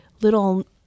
little